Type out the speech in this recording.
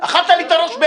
אכלת לי את הראש.